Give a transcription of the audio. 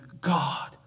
God